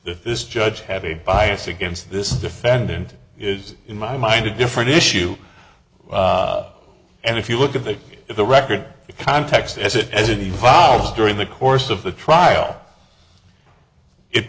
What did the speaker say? is judge have a bias against this defendant is in my mind a different issue and if you look at the the record the context as it as it evolves during the course of the trial it